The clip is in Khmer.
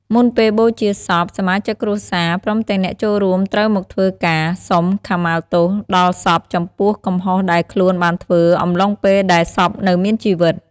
មុនពេលបូជាសព សមាជិកគ្រួសារ ព្រមទាំងអ្នកចូលរួមត្រូវមកធ្វើការ សុំខមាទោសដល់សពចំពោះកំហុសដែលខ្លួនបានធ្វើអំឡុងពេលដែលសពនៅមានជីវិត។